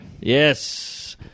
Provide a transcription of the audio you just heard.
yes